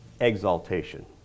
exaltation